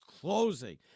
closing